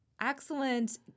excellent